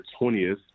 20th